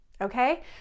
okay